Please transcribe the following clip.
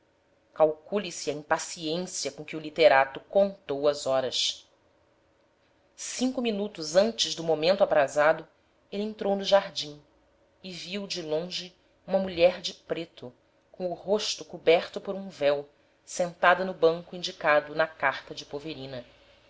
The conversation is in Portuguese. calcule-se a impaciência com que o literato contou as horas cinco minutos antes do momento aprazado ele entrou no jardim e viu de longe uma mulher de preto com o rosto coberto por um véu sentada no banco indicado na carta de poverina